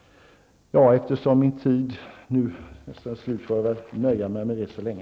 Eftersom jag inte har mera talartid får jag nöja mig med detta så länge.